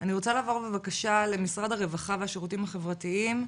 אני רוצה לעבור בבקשה למשרד הרווחה והשירותים החברתיים,